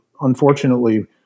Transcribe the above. unfortunately